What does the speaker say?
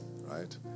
right